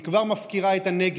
היא כבר מפקירה את הנגב,